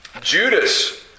Judas